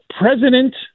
president